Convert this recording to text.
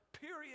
period